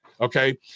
Okay